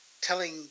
telling